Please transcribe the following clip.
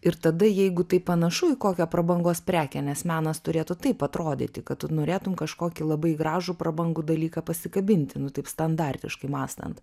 ir tada jeigu tai panašu į kokią prabangos prekę nes menas turėtų taip atrodyti kad tu norėtum ka kokį labai gražų prabangų dalyką pasikabinti nu taip standartiškai mąstant